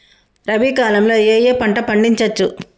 రబీ కాలంలో ఏ ఏ పంట పండించచ్చు?